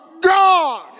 God